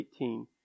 18